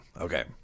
Okay